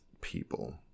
people